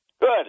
Good